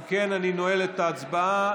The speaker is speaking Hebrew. אם כן, אני נועל את ההצבעה.